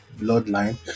bloodline